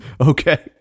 okay